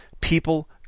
people